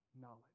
knowledge